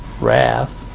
wrath